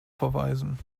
verweisen